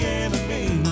enemy